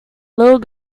little